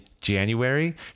january